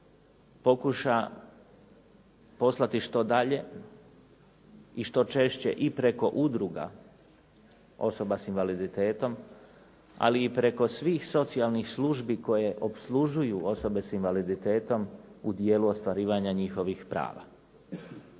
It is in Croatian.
pokuša poslati što dalje i što češće i preko udruga osoba s invaliditetom, ali i preko svih socijalnih službi koje opslužuju osobe sa invaliditetom u dijelu ostvarivanja njihovih prava.